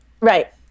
Right